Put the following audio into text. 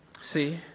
see